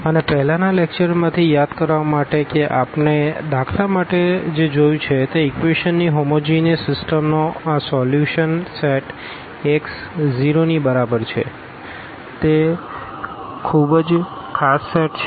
અને પહેલાનાં લેકચરમાંથી યાદ કરવા માટે કે આપણે દાખલા માટે જે જોયું છે તે ઇક્વેશનની હોમોજીનસસિસ્ટમનો આ સોલ્યુશન સેટ Ax 0 ની બરાબર છે તે ખૂબ જ ખાસ સેટ છે